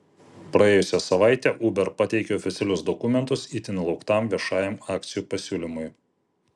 praėjusią savaitę uber pateikė oficialius dokumentus itin lauktam viešajam akcijų pasiūlymui